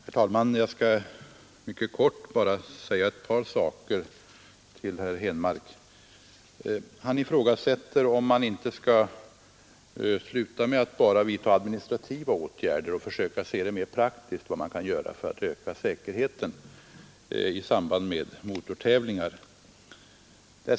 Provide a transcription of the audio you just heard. Herr talman! Jag skall fatta mig mycket kort och bara säga ett par saker till herr Henmark. Han ifrågasätter, om man inte borde sluta med att bara vidta administrativa åtgärder och försöka se vad man kan göra mera praktiskt för att öka säkerheten i samband med motortävlingar.